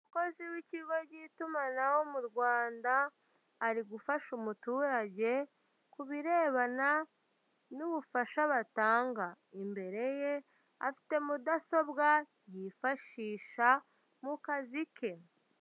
Umukozi w'ikigo k'itumanaho mu Rwanda, ari gufasha umuturage kubirebana n'ubufasha batanga, imbere ye afite mudasobwa yifashisha mu kazi ke.